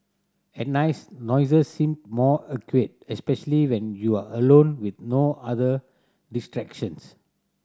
at nights noises seem more acute especially when you are alone with no other distractions